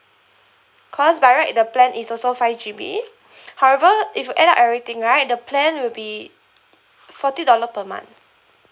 cause by right the plan is also five G_B however if you add up everything right the plan will be forty dollar per month